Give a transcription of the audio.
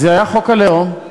אז היה חוק הלאום.